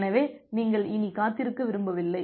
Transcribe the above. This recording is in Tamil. எனவே நீங்கள் இனி காத்திருக்க விரும்பவில்லை